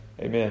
amen